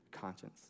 conscience